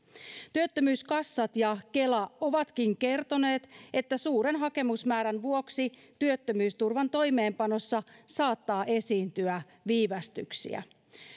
työttömyyskassat ja kela ovatkin kertoneet että suuren hakemusmäärän vuoksi työttömyysturvan toimeenpanossa saattaa esiintyä viivästyksiä